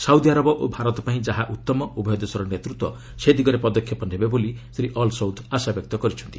Saudi ଆରବ ଓ ଭାରତ ପାଇଁ ଯାହା ଉତ୍ତମ ଉଭୟ ଦେଶର ନେତୃତ୍ୱ ସେ ଦିଗରେ ପଦକ୍ଷେପ ନେବେ ବୋଲି ଶ୍ରୀ ଅଲ୍ସୌଦ ଆଶାବ୍ୟକ୍ତ କରିଛନ୍ତି